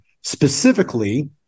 specifically